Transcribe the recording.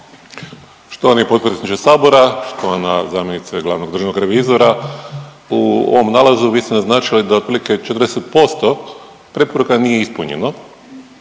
Štovani potpredsjedniče Sabora, štovana zamjenice glavnog državnog revizora. U ovom nalazu vi ste naznačili da otprilike 40% preporuka nije ispunjeno